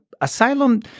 asylum